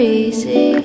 easy